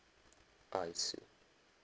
I see